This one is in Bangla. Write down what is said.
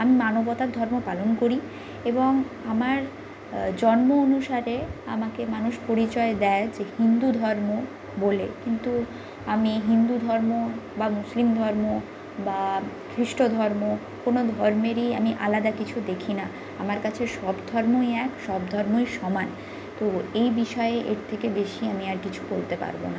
আমি মানবতার ধর্ম পালন করি এবং আমার জন্ম অনুসারে আমাকে মানুষ পরিচয় দেয় যে হিন্দু ধর্ম বলে কিন্তু আমি হিন্দু ধর্ম বা মুসলিম ধর্ম বা খ্রিস্ট ধর্ম কোনো ধর্মেরই আমি আলাদা কিছু দেখি না আমার কাছে সব ধর্মই এক সব ধর্মই সমান তো এই বিষয়ে এর থেকে বেশি আমি আর কিছু বলতে পারব না